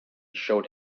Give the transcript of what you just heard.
showed